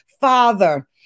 Father